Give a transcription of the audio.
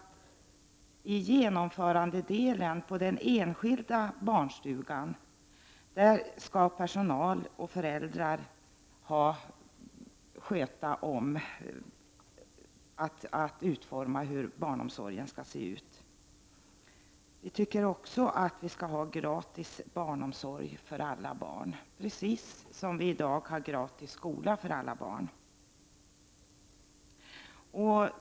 Men i genomförandedelen, på den enskilda barnstugan, skall personal och föräldrar utforma barnomsorgen, tycker vi. Vi tycker också att vi skall ha gratis barnomsorg för alla barn, precis som vi i dag har gratis skola för alla barn.